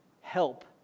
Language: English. help